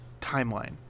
timeline